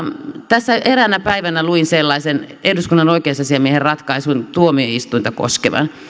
tässä eräänä päivänä luin sellaisen eduskunnan oikeusasiamiehen ratkaisun tuomioistuinta koskevan